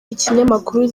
ikinyamakuru